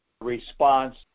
response